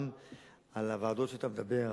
גם לגבי הוועדות שאתה דיברת עליהן,